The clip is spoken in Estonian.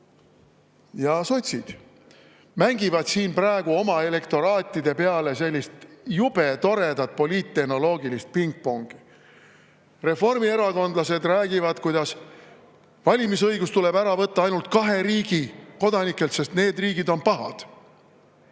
ja sotsid mängivad praegu oma elektoraatide peale sellist jube toredat poliittehnoloogilist pingpongi. Reformierakondlased räägivad, kuidas valimisõigus tuleb ära võtta ainult kahe riigi kodanikelt, sest need riigid on pahad. Aga